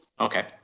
Okay